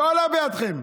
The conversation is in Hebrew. לא עלה בידכם.